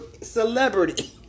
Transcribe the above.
celebrity